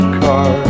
car